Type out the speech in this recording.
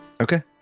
Okay